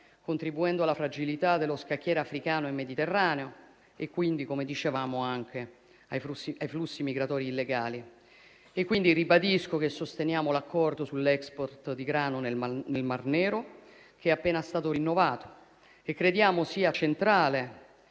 contribuendo alla fragilità dello scacchiere africano e mediterraneo, quindi anche ai flussi migratori illegali. Ribadisco pertanto che sosteniamo l'accordo sull'*export* di grano nel mar Nero che è appena stato rinnovato e crediamo sia centrale